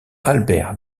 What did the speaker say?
albert